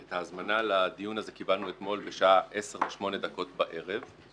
את ההזמנה לדיון הזה קיבלנו אתמול בשעה 22:08 דקות בערב.